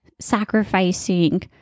sacrificing